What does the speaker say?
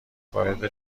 وارد